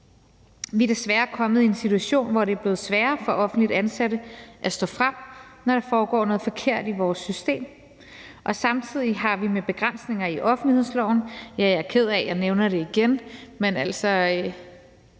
Vi er desværre kommet i en situation, hvor det er blevet sværere for offentligt ansatte at stå frem, når der foregår noget forkert i vores system, og samtidig har vi med begrænsninger i offentlighedsloven – jeg er ked af at nævne det igen, men jeg